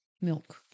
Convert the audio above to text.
milk